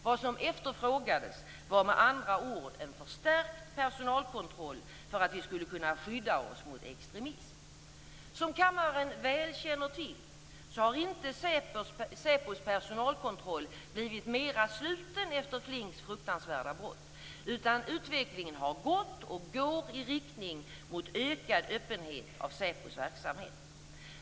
Vad som efterfrågades var med andra ord en förstärkt personalkontroll för att vi skulle kunna skydda oss mot extremism. Som kammaren väl känner till har inte SÄPO:s personalkontroll blivit mer sluten efter Flinks fruktansvärda brott, utan utvecklingen har gått och går i riktning mot ökad öppenhet i fråga om SÄPO:s verksamhet.